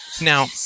Now